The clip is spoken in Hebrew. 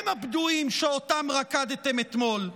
הם הפדויים שאותם רקדתם אתמול.